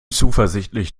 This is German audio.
zuversichtlich